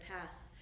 past